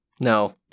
no